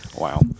Wow